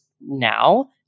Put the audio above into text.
now